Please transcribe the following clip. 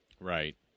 Right